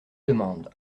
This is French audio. demande